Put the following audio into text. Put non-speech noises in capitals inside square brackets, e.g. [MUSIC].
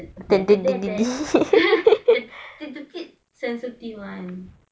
sen~ [LAUGHS] sensitive [one]